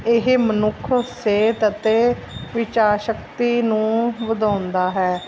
ਇਹ ਮਨੁੱਖ ਸਿਹਤ ਅਤੇ ਵਿਚਾਰ ਸ਼ਕਤੀ ਨੂੰ ਵਧਾਉਂਦਾ ਹੈ